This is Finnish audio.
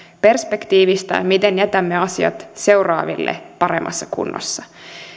perspektiivistä miten jätämme asiat seuraaville paremmassa kunnossa